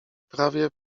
prawie